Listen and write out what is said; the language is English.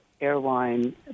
airline